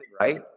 right